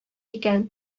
икән